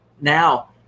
Now